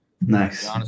nice